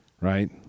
right